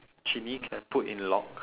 genie can put in lock